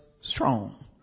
strong